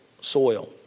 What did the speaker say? soil